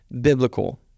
biblical